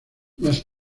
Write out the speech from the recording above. más